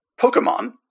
Pokemon